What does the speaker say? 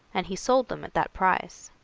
and he sold them at that price.